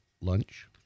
lunch